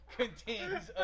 contains